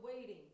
waiting